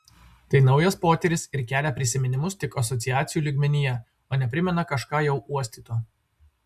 tai naujas potyris ir kelia prisiminimus tik asociacijų lygmenyje o ne primena kažką jau uostyto